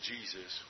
Jesus